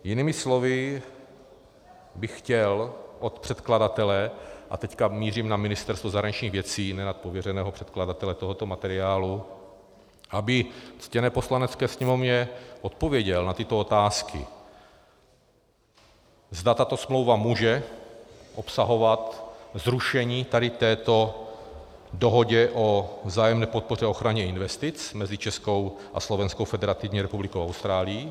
Jinými slovy bych chtěl od předkladatele a teď mířím na Ministerstvo zahraničních věcí, ne na pověřeného předkladatele tohoto materiálu , aby ctěné Poslanecké sněmovně odpověděl na tyto otázky: Zda tato smlouva může obsahovat zrušení této dohody o vzájemné podpoře a ochraně investic mezi Českou a Slovenskou Federativní republikou a Austrálií.